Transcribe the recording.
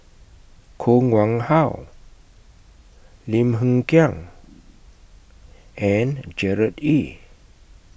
Koh Nguang How Lim Hng Kiang and Gerard Ee